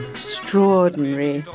Extraordinary